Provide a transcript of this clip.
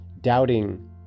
Doubting